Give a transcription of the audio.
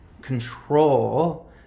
control